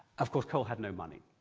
of course, cole had no money.